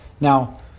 Now